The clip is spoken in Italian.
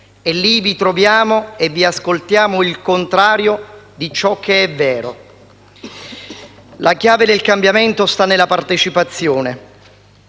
e lì vi troviamo e vi ascoltiamo il contrario di ciò che è vero. La chiave del cambiamento sta nella partecipazione,